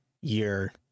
year